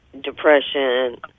depression